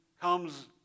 comes